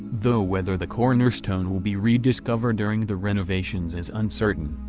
though whether the cornerstone will be rediscovered during the renovations is uncertain.